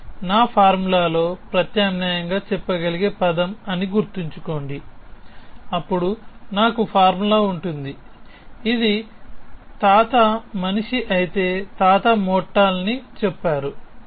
ఇది నా ఫార్ములాలో ప్రత్యామ్నాయంగా చెప్పగలిగే పదం అని గుర్తుంచుకోండి అప్పుడు నాకు ఫార్ములా ఉంటుంది ఇది తాత మనిషి అయితే తాత మోర్టల్ ని చెప్పారు